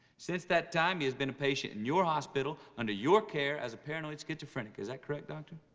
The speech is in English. since that time, he has been a patient in your hospital under your care as a paranoid schizophrenic. is that correct, doctor?